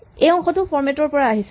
এই অংশটো ফৰমেট ৰ পৰা আহিছে